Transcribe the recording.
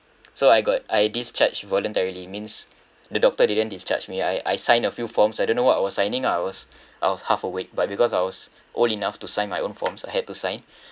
so I got I discharged voluntarily means the doctor didn't discharge me I I signed a few forms I don't know what I was signing lah I was I was half awake but because I was old enough to sign my own forms I had to sign